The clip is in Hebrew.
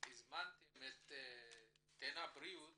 הזמנתם את טנא בריאות